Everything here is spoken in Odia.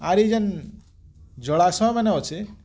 ଆରୁ ଏନ୍ ଜଳାଶୟ ମାନେ ଅଛେ